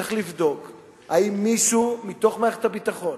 צריך לבדוק אם מישהו מתוך מערכת הביטחון,